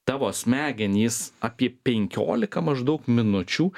tavo smegenys apie penkiolika maždaug minučių